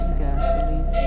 gasoline